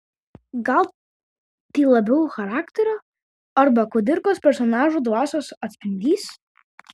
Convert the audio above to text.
gal tai labiau charakterio arba kudirkos personažų dvasios atspindys